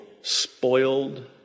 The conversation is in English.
spoiled